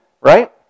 right